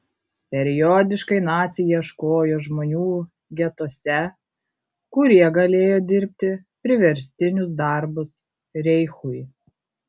periodiškai naciai ieškojo žmonių getuose kurie galėjo dirbti priverstinius darbus reichui